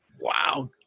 Wow